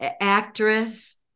actress